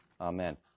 Amen